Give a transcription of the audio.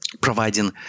providing